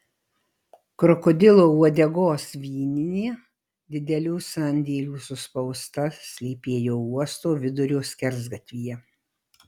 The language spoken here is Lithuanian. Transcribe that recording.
krokodilo uodegos vyninė didelių sandėlių suspausta slypėjo uosto vidurio skersgatvyje